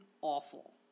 awful